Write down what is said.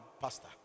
pastor